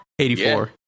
84